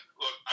look